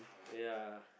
ya